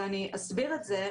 אני אסביר את זה,